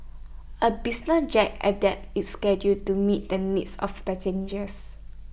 A business jet adapts its schedule to meet the needs of passengers